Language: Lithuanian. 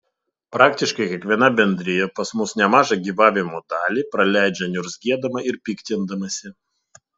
praktiškai kiekviena bendrija pas mus nemažą gyvavimo dalį praleidžia niurzgėdama ir piktindamasi